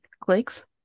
clicks